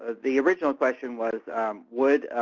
the original question was would